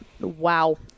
wow